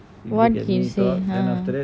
what he say